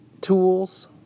tools